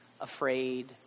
afraid